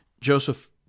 Joseph